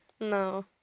no